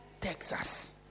Texas